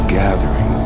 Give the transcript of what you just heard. gathering